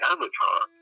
Avatar